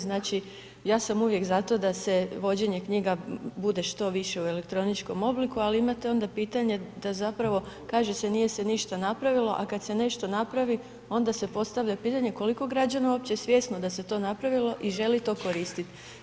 Znači ja sam uvijek za to da se vođenje knjiga bude što više u elektroničkom obliku ali imate onda pitanje da zapravo kaže se nije se ništa napravilo a kada se nešto napravi onda se postavlja pitanje koliko građana je uopće svjesno da se to napravilo i želi to koristiti.